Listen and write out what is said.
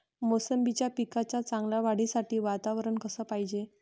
मोसंबीच्या पिकाच्या चांगल्या वाढीसाठी वातावरन कस पायजे?